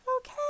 okay